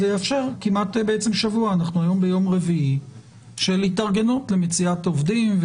זה יאפשר כמעט שבוע של התארגנות למציאת עובדים,